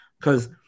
because-